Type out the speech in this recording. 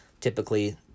typically